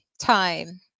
time